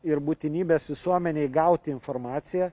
ir būtinybės visuomenei gauti informaciją